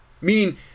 meaning